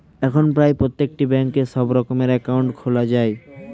এখন প্রায় প্রত্যেকটি ব্যাঙ্কে সব রকমের অ্যাকাউন্ট খোলা যায়